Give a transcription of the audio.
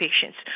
patients